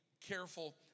careful